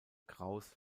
krauss